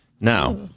Now